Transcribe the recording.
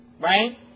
right